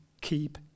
keep